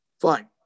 fine